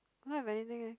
don't have anything leh